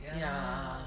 ya